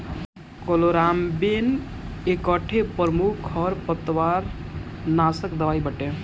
chloramben एकठे प्रमुख खरपतवारनाशक दवाई बाटे